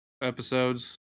episodes